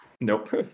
Nope